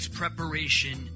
preparation